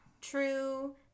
true